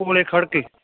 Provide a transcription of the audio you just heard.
ਕੋਲੇ ਖੜ੍ਹਕੇ